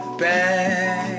back